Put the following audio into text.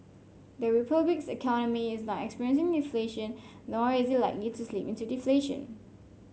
the Republic's economy is not experiencing deflation nor is it likely to slip into deflation